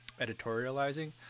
editorializing